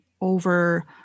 over